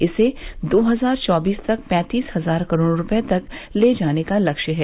इसे दो हजार चौबीस तक पैंतीस हजार करोड़ रुपये तक ले जाने का लक्ष्य है